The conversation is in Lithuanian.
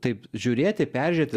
taip žiūrėti peržiūrėti